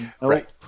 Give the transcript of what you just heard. right